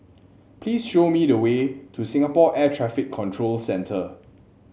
please show me the way to Singapore Air Traffic Control Centre